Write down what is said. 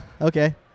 Okay